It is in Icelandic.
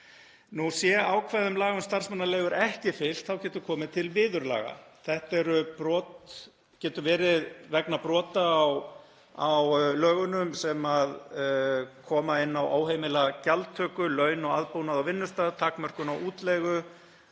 Sé ákvæðum laga um starfsmannaleigur ekki fylgt getur komið til viðurlaga. Þetta getur verið vegna brota á lögunum sem koma inn á óheimila gjaldtöku, laun og aðbúnað á vinnustað, takmörkun á útleigu,